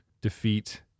defeat